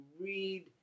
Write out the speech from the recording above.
read